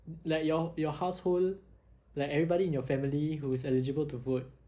like your your household like everybody in your family who is eligible to vote